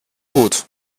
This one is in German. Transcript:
gut